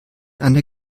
einer